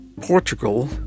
Portugal